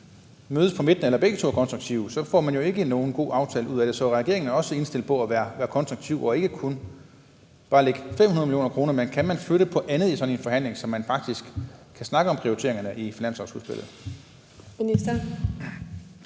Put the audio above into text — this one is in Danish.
mødes på midten eller begge to er konstruktive, så får man jo ikke nogen god aftale ud af det. Så er regeringen også indstillet på at være konstruktiv og ikke bare lægge 500 mio. kr.? Kan man flytte på andet i sådan en forhandling, så man faktisk kan snakke om prioriteringerne i finanslovsudspillet?